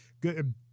Good